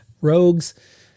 rogues